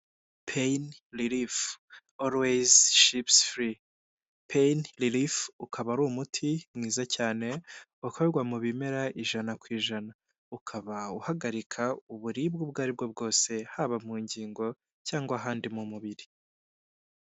Payini ririfu oruweyizi shipufuri, payini ririfu ukaba ari umuti mwiza cyane ukorerwa mu bimera ijana ku ijana, ukaba uhagarika uburibwe ubwo aribwo bwose haba mu ngingo cyangwa ahandi mu mubiri.